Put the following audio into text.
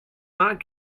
not